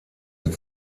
mit